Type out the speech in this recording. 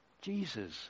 Jesus